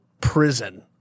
prison